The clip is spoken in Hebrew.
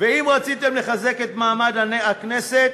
אם רציתם לחזק את מעמד הכנסת,